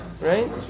right